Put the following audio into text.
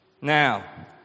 Now